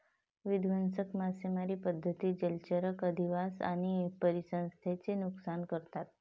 विध्वंसक मासेमारी पद्धती जलचर अधिवास आणि परिसंस्थेचे नुकसान करतात